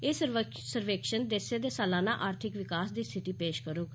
एह् सर्वेक्षण देसै दे सलाना आर्थिक विकास दी स्थिति पेश करोग